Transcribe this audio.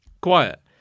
quiet